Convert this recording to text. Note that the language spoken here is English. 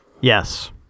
yes